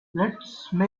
make